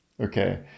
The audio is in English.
Okay